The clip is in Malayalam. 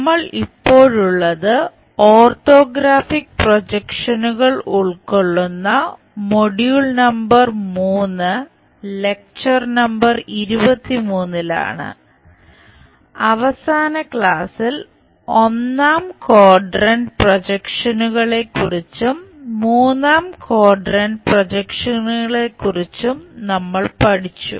നമ്മൾ ഇപ്പോഴുള്ളത് ഓർത്തോഗ്രാഫിക് പ്രൊജക്ഷനുകൾ ഉൾക്കൊള്ളുന്ന മൊഡ്യൂൾ പ്രൊജക്ഷനുകളെക്കുറിച്ചും നമ്മൾ പഠിച്ചു